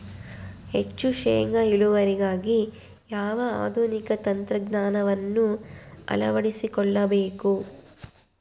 ಹೆಚ್ಚು ಶೇಂಗಾ ಇಳುವರಿಗಾಗಿ ಯಾವ ಆಧುನಿಕ ತಂತ್ರಜ್ಞಾನವನ್ನು ಅಳವಡಿಸಿಕೊಳ್ಳಬೇಕು?